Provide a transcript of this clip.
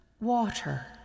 Water